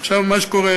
מה שקורה,